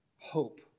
hope